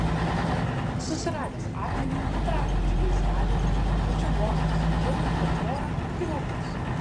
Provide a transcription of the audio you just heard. susiradęs akmenį trapui džiugiai skalijant plačiu mostu sviedžiau jį per tvorą į laukus